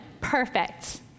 perfect